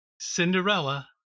cinderella